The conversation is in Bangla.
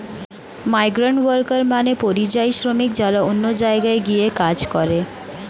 মাইগ্রান্টওয়ার্কার মানে পরিযায়ী শ্রমিক যারা অন্য জায়গায় গিয়ে কাজ করে